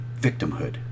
victimhood